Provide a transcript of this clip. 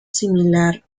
similar